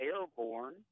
airborne